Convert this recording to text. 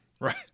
Right